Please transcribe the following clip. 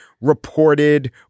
reported